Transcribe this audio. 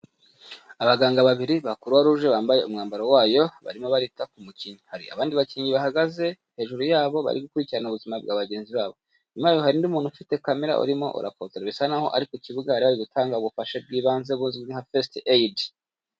Abaganga babiri ba Croix Rouge bambaye umwambaro wayo, barimo barita ku mukinnyi. Hari abandi bakinnyi bahagaze hejuru yabo, bari gukurikirana ubuzima bwa bagenzi babo. Inyuma yabo hari undi umuntu ufite kamera, urimo urafotora. Bisa n'aho ari ku kibuga bari bari gutanga ubufasha bw'ibanze, buzwi nka fasiti eyidi.